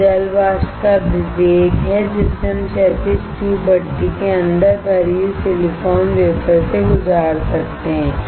यह जल वाष्प का वेग है जिसे हम क्षैतिज ट्यूब भट्ठी के अंदर भरी हुई सिलिकॉन वेफर्स से गुजार सकते हैं